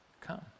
come